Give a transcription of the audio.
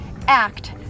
act